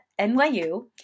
nyu